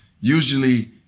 usually